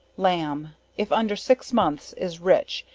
lamb, if under six months is rich,